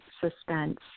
suspense